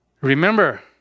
Remember